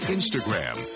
Instagram